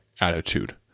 attitude